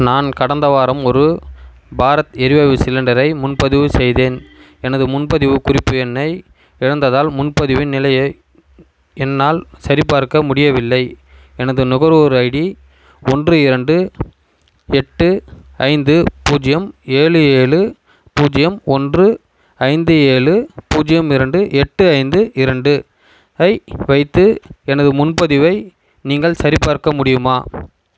நான் கடந்த வாரம் ஒரு பாரத் எரிவாயு சிலிண்டரை முன்பதிவு செய்தேன் எனது முன்பதிவு குறிப்பு எண்ணை இழந்ததால் முன்பதிவு நிலையை என்னால் சரி பார்க்க முடியவில்லை எனது நுகர்வோர் ஐடி ஒன்று இரண்டு எட்டு ஐந்து பூஜ்யம் ஏழு ஏழு பூஜ்யம் ஒன்று ஐந்து ஏழு பூஜ்யம் இரண்டு எட்டு ஐந்து இரண்டு ஐ வைத்து எனது முன்பதிவை நீங்கள் சரிபார்க்க முடியுமா